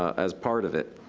as part of it.